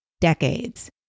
decades